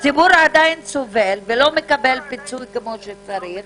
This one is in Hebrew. הציבור עדיין סובל ולא מקבל פיצוי כמו שצריך,